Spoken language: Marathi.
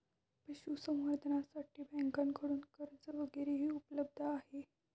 पशुसंवर्धनासाठी बँकांकडून कर्ज वगैरेही उपलब्ध आहे